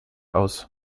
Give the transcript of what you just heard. aus